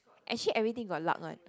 actually everything go luck one